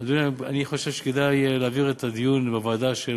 אדוני, אני חושב שכדאי להעביר את הדיון לוועדה של